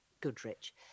Goodrich